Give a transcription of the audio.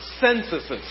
censuses